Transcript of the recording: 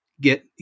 get